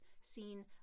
seen